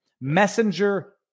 Messenger